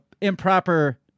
improper